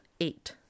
eight